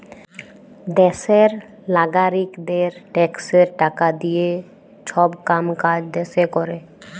দ্যাশের লাগারিকদের ট্যাক্সের টাকা দিঁয়ে ছব কাম কাজ দ্যাশে ক্যরে